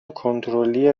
کنترلی